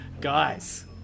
Guys